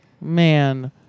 Man